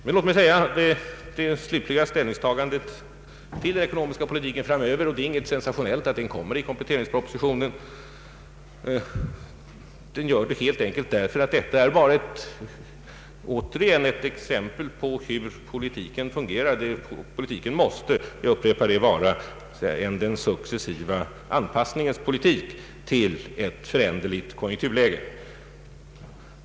Det är inget sensationellt att det slutliga ställningstagandet till den ekonomiska politiken framöver görs i kompletteringspropositionen. Detta är återigen ett exempel på hur politiken fungerar, Politiken måste — jag vill upprepa det — vara en politik som successivt anpassar sig till ett föränderligt konjunkturläge.